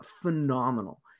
phenomenal